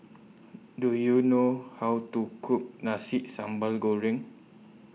Do YOU know How to Cook Nasi Sambal Goreng